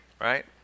right